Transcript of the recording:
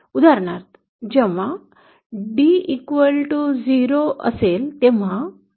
उदाहरणार्थ जेव्हा d0 च्या बरोबरीने असते तेव्हा ते 0 असते